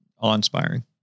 awe-inspiring